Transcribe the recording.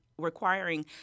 requiring